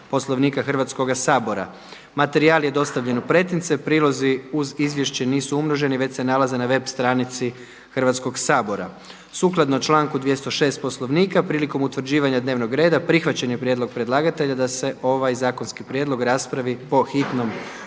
Poslovnika Hrvatskoga sabora. Materijal je dostavljen u pretince, prilozi uz izvješće nisu umnoženi već se nalaze na web stranici Hrvatskog sabora. Sukladno članku 206. Poslovnika prilikom utvrđivanja dnevnog reda prihvaćen je prijedlog predlagatelja da se ovaj zakonski prijedlog raspravi po hitnom